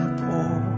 poor